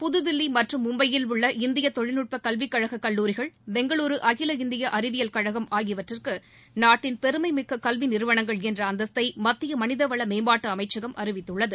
புதுதில்லி மற்றும் மும்பையில் உள்ள இந்திய தொழில்நட்ப கல்வி கழக கல்லூரிகள் பெங்களுரு அகில இந்திய அறிவியல் தொழில்நுட்பக் கழகம் ஆகியவற்றிற்கு நாட்டின் பெருமைமிக்க கல்வி நிறுவனங்கள் என்ற அந்தஸ்த்தை மத்திய மனிதவள மேம்பாட்டு அமைச்சகம் அறிவித்துள்ளது